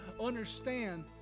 understand